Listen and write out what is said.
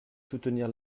soutenir